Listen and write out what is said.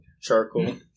charcoal